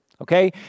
okay